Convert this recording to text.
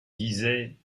disait